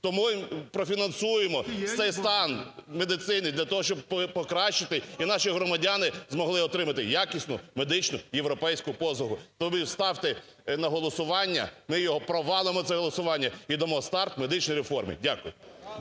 тому профінансуємо цей стан медицини для того, щоб покращити, і наші громадяни змогли отримати якісну медичну європейську послугу. То ви ставте на голосування, ми його провалимо це голосування, і дамо старт медичній реформі. Дякую.